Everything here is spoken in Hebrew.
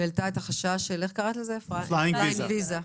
שהעלתה את החשש מ-flying visa?